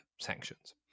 sanctions